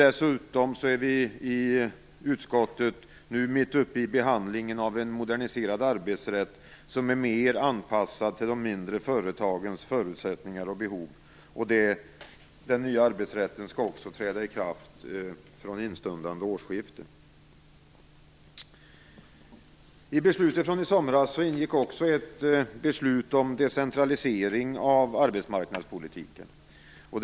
Dessutom är vi i utskottet nu mitt uppe i behandlingen av en moderniserad arbetsrätt som är mer anpassad till de mindre företagens förutsättningar och behov. Den nya arbetsrätten skall också träda i kraft vid det stundande årsskiftet. I beslutet från i somras ingår också ett beslut om decentralisering av arbetsmarknadspolitiken.